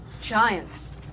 Giants